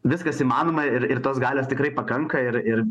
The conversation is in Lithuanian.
viskas įmanoma ir ir tos galios tikrai pakanka ir ir